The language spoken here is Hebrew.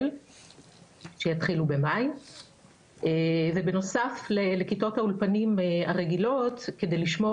שיתחילו במאי ובנוסף לכיתות האולפנים הרגילות כדי לשמור